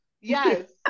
Yes